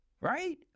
right